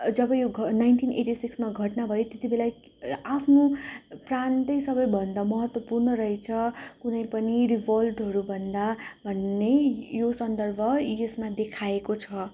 जब यो घ nineteen eighty सिक्समा यो घटना भयो त्यति बेला आफ्नो प्राण त्यही सबभन्दा महत्त्वपूर्ण रहेछ कुनै पनि रिभोल्टहरू भन्दा भन्ने यो सन्दर्भ यसमा देखाएको छ